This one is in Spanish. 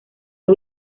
los